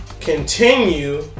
continue